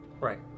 Right